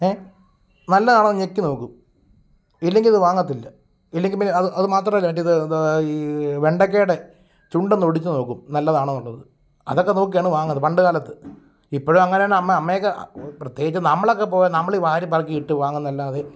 A നല്ലതാണോന്ന് ഞെക്കി നോക്കും ഇല്ലെങ്കിൽ അത് വാങ്ങത്തില്ല ഇല്ലെങ്കിൽ പി അത് അത് മാത്രവല്ല അയിൻ്റെ ഇത് ഇത് ഈ വെണ്ടക്കയുടെ ചുണ്ടൊന്നൊടിച്ച് നോക്കും നല്ലതാണോ എന്നുള്ളത് അതൊക്കെ നോക്കിയാണ് വാങ്ങുന്നത് പണ്ട് കാലത്ത് ഇപ്പഴും അങ്ങനെ തന്നെ അമ്മയുടെ അമ്മ ഒക്കെ പ്രത്യേകിച്ച് നമ്മളൊക്കെ പോയാൽ നമ്മൾ ഈ വാരി പെറുക്കിയിട്ട് വാങ്ങുന്നത് അല്ലാതെ